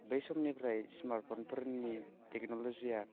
बै समनिफ्राय स्मार्ट फनफोरनि टेक्न'ल'जिया